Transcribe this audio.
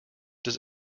does